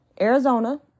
Arizona